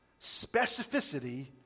specificity